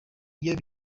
iyo